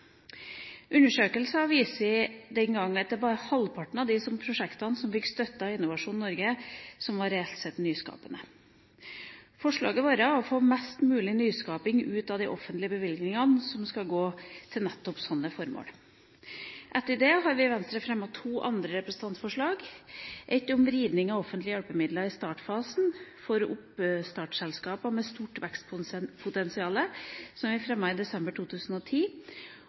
Undersøkelser viste den gang at det bare var halvparten av de prosjektene som fikk støtte av Innovasjon Norge, som reelt sett var nyskapende. Forslagene våre gjaldt å få mest mulig nyskaping ut av de offentlige bevilgningene som skal gå til nettopp slike formål. Etter det har vi i Venstre fremmet to andre representantforslag, ett om vridning av offentlige hjelpemidler i startfasen for oppstartselskaper med stort vekstpotensial, som vi fremmet i desember 2010,